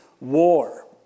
war